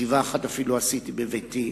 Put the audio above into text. ישיבה אחת אפילו עשיתי בביתי,